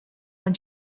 when